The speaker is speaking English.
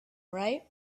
right